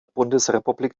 bundesrepublik